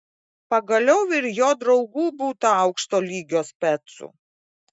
pagaliau ir jo draugų būta aukšto lygio specų